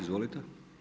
Izvolite.